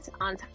on